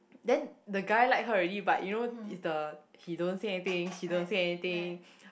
then the guy like her already but you know is the he don't say anything she don't say anything